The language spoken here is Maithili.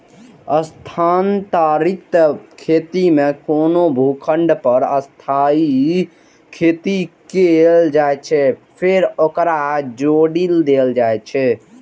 स्थानांतरित खेती मे कोनो भूखंड पर अस्थायी खेती कैल जाइ छै, फेर ओकरा छोड़ि देल जाइ छै